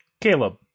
Caleb